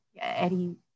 Eddie